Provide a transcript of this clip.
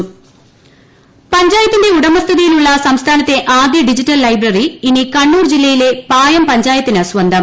Kannur intro പഞ്ചായത്തിന്റെ ഉടമസ്ഥതയിലുള്ള സംസ്ഥാനത്തെ ആദ്യ ഡിജിറ്റൽ ലൈബ്രറി ഇനി കണ്ണൂർ ജില്ലയിലെ പായം പഞ്ചായത്തിന് സ്വന്തം